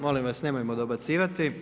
Molim vas nemojmo dobacivati!